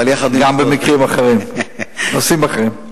אבל, גם במקרים אחרים, בנושאים אחרים.